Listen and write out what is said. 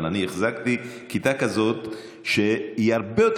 אבל אני החזקתי כיתה כזאת שהיא הרבה יותר